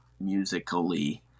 musically